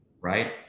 right